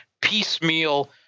piecemeal